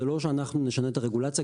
זה לא שאנחנו נשנה את הרגולציה,